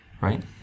right